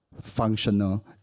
functional